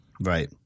Right